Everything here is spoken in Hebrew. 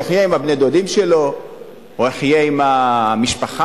שיחיה עם בני-הדודים שלו או יחיה עם המשפחה,